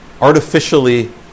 artificially